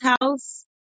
house